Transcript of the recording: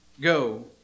Go